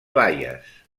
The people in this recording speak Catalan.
baies